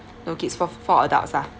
no kids for four adults ah